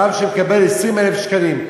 רב שמקבל 20,000 שקלים,